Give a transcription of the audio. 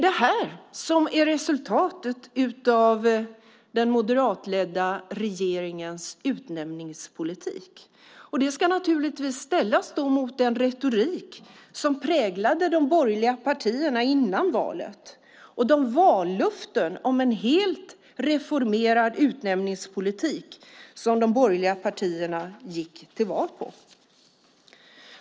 Detta är resultatet av den moderatledda regeringens utnämningspolitik. Det ska naturligtvis ställas mot den retorik som präglade de borgerliga partierna före valet och de vallöften om en helt reformerad utnämningspolitik som de borgerliga partierna gick till val på.